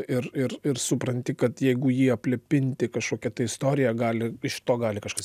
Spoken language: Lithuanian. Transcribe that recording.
ir ir ir supranti kad jeigu jį aplipinti kažkokia tai istorija gali iš to gali kažkas